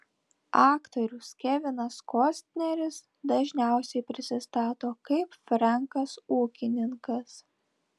aktorius kevinas kostneris dažniausiai prisistato kaip frenkas ūkininkas